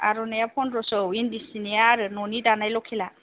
आरनाइया पन्द्र'स' औ इन्डि सिनिया आरो न'नि दानाय लकेला